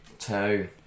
Two